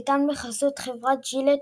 הניתן בחסות חברת ג'ילט,